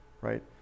right